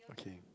okay